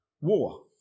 War